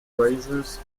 razors